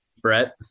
Brett